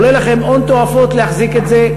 עולה לכם הון תועפות להחזיק את זה,